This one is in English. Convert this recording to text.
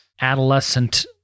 adolescent